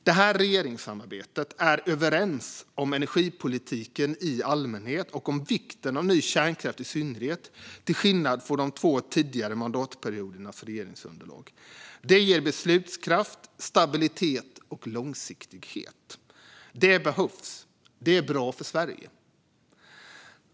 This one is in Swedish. Partierna i regeringssamarbetet är överens om energipolitiken i allmänhet och om vikten av ny kärnkraft i synnerhet, till skillnad från de två tidigare mandatperiodernas regeringsunderlag. Det ger beslutskraft, stabilitet och långsiktighet. Det behövs, och det är bra för Sverige.